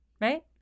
right